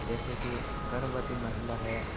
जैसे कि गर्भवती महिला है